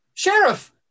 Sheriff